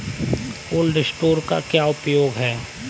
Cold storage का क्या उपयोग है?